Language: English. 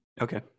Okay